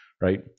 Right